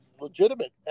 Legitimate